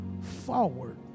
forward